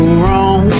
wrong